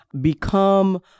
become